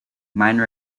mine